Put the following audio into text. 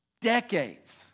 Decades